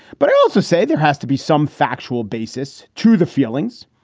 but i also say there has to be some factual basis to the feelings.